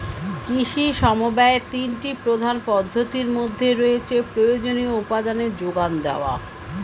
কৃষি সমবায়ের তিনটি প্রধান পদ্ধতির মধ্যে রয়েছে প্রয়োজনীয় উপাদানের জোগান দেওয়া